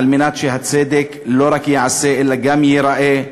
כדי שהצדק לא רק ייעשה, אלא גם ייראה,